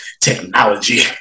technology